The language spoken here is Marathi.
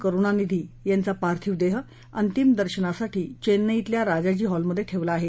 करुणानिधी यांचा पार्थिव देह अंतिम देर्शनासाठी चेन्नईतल्या राजाजी हॉलमध्ये ठेवला आहे